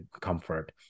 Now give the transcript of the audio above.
comfort